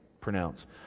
pronounce